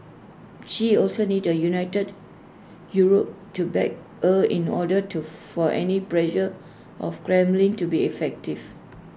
she also needs A united Europe to back her in order to for any pressure of Kremlin to be effective